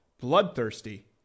bloodthirsty